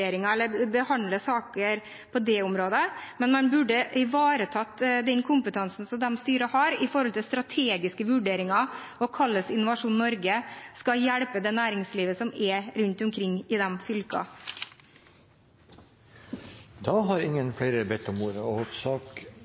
eller behandle saker på det området, men man burde ivaretatt den kompetansen som styrene har på strategiske vurderinger og på hvordan Innovasjon Norge skal hjelpe næringslivet som er rundt omkring i fylkene. Flere har ikke bedt om ordet til sak